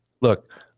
Look